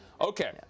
Okay